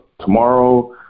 tomorrow